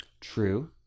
True